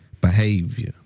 behavior